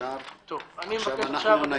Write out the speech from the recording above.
הצבעה בעד, פה אחד